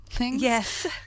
Yes